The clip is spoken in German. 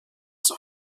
zur